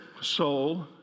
soul